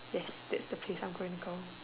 yes that's the place I'm going to go